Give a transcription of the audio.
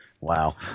Wow